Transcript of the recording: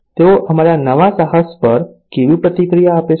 તેઓ અમારા નવા સાહસ પર કેવી પ્રતિક્રિયા આપે છે